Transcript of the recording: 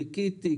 חיכיתי,